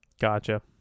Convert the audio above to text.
Gotcha